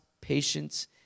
patience